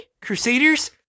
Crusaders